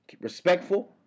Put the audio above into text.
Respectful